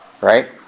right